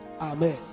Amen